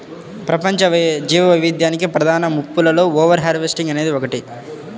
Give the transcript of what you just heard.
ప్రపంచ జీవవైవిధ్యానికి ప్రధాన ముప్పులలో ఓవర్ హార్వెస్టింగ్ అనేది ఒకటి